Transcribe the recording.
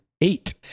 Eight